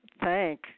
thank